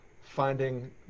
finding